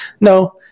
No